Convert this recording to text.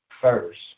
first